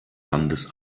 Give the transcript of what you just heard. landes